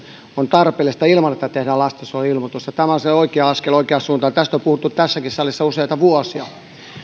on tarpeellista ilman että tehdään lastensuojeluilmoitusta tämä on se oikea askel oikeaan suuntaan tästä on puhuttu tässäkin salissa useita vuosia